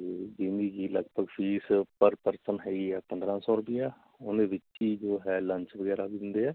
ਅਤੇ ਲਗਭਗ fees per person ਹੈਗੀ ਹੈ ਪੰਦਰਾਂ ਸੌ ਰੁਪਈਆ ਉਹਦੇ ਵਿੱਚ ਹੀ ਜੋ ਹੈ ਲੰਚ ਵਗੈਰਾ ਵੀ ਦਿੰਦੇ ਆ